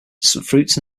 fruits